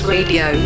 Radio